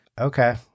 Okay